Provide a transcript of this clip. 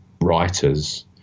writers